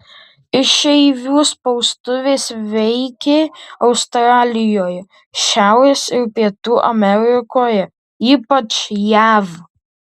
išeivių spaustuvės veikė australijoje šiaurės ir pietų amerikoje ypač jav